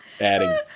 Adding